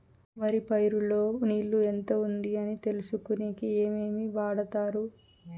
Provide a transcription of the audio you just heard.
వరి పైరు లో నీళ్లు ఎంత ఉంది అని తెలుసుకునేకి ఏమేమి వాడతారు?